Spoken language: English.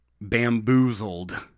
bamboozled